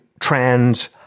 trans